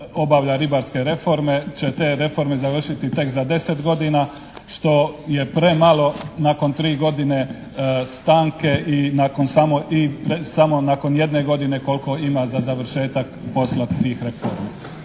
obavlja ribarske reforme će te reforme završiti tek za 10 godina, što je premalo nakon 3 godine stanke i nakon samo, samo nakon jedne godine koliko ima za završetak posla tih reformi.